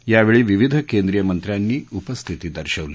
या वेळी विविध केंद्रीय मंत्र्यांनी उपस्थिती दर्शवली